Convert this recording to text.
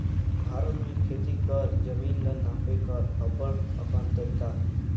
भारत में खेती कर जमीन ल नापे कर अब्बड़ अकन तरीका अहे